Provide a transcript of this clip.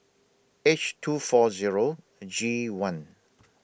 H two four Zero G one